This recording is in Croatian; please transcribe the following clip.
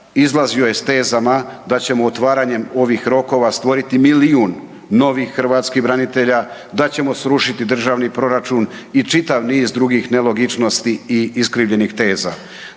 izlazio je s tezama da ćemo otvaranjem ovih rokova, stvoriti milijun novih hrvatskih branitelja, da ćemo srušiti državni proračun i čitav niz drugih nelogičnosti i iskrivljenih teza.